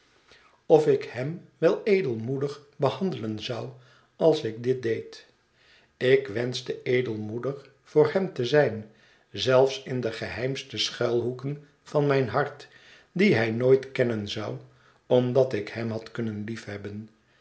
of ik hem wel edelmoedig behandelen zou als ik dit deed ik wenschte edelmoedig voor hem te zijn zelfs in de geheimste schuilhoeken van mijn hart die hij nooit kennen zou omdat ik hem had kunnen liefhebben